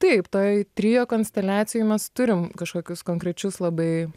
taip toj trio konsteliacijoj mes turim kažkokius konkrečius labai